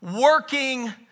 working